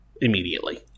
immediately